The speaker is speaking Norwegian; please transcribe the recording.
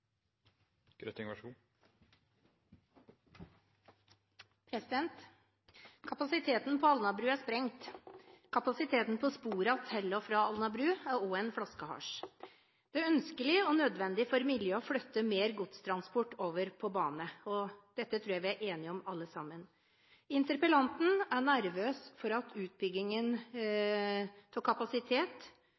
kan ta så mye som åtte til ti år. Det vil få betydelige konsekvenser også for eventuelle videre utvidelser av Alnabruterminalen. Kapasiteten på Alnabru er sprengt. Kapasiteten på sporene til og fra Alnabru er også en flaskehals. Det er ønskelig og nødvendig for miljøet å flytte mer godstransport over på bane. Dette tror jeg vi alle er enige om. Interpellanten er nervøs for